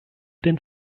den